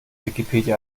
wikipedia